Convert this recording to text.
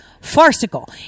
farcical